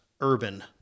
urban